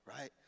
right